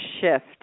shift